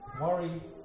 worry